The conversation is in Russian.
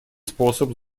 способ